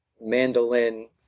mandolin